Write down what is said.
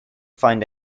find